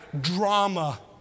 Drama